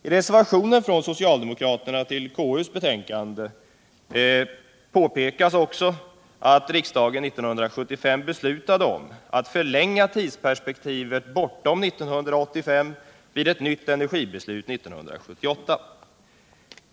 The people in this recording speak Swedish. I reservationen från socialdemkokraterna till konstitutionsutskottets betänkande påpekas också att riksdagen 1975 beslöt att förlänga tidsperspektivet bortom 1985 vid ett nytt energibeslut 1978.